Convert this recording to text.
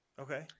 Okay